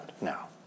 now